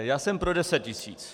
Já jsem pro 10 tisíc.